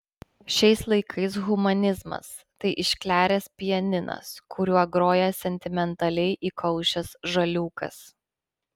šiais laikais humanizmas tai iškleręs pianinas kuriuo groja sentimentaliai įkaušęs žaliūkas